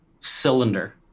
cylinder